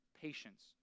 patience